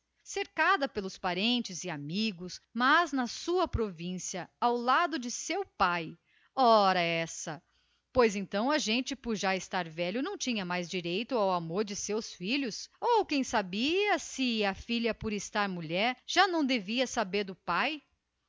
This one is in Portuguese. cercada de parentes e amigos mas boas na sua terra ao lado de seu pai ora essa pois então um homem por estar velho já não tinha direito ao carinho de seus filhos ou quem sabe se a filha por estar mulher já não devia saber do pai